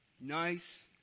Nice